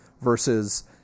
versus